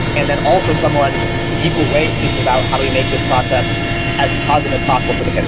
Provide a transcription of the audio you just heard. and then also someone with equal weight thinking about how do we make this process as positive as possible for the